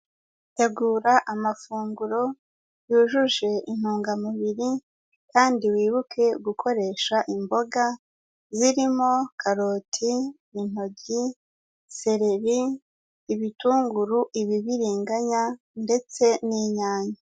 Tegura amafunguro yujuje intungamubiri kandi wibuke gukoresha imboga zirimo karoti, intoryi, sereri, ibitunguru, ibibiringanya, ndetse n'inyanya.